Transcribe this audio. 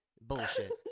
Bullshit